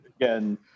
again